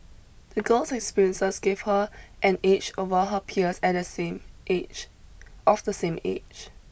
the girl's experiences gave her an edge over her peers at the same age of the same age